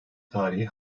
tarihi